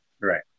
right